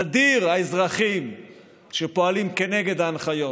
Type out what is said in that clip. נדירים האזרחים שפועלים כנגד הנחיות.